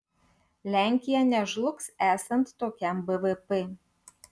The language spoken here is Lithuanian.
lenkija nežlugs esant tokiam bvp